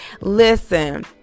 listen